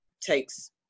takes